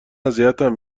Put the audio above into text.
اذیتم